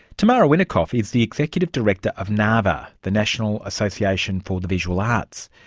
tamara winikoff is the executive director of nava, the national association for the visual arts.